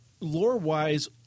Lore-wise